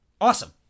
awesome